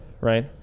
right